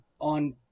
on